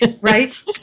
right